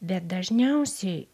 bet dažniausiai